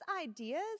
ideas